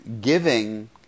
giving